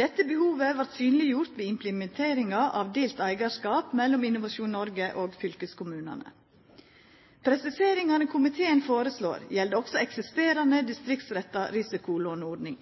Dette behovet vart synleggjort ved implementeringa av delt eigarskap mellom Innovasjon Norge og fylkeskommunane. Presiseringane komiteen foreslår, gjeld også eksisterande distriktsretta risikolåneordning.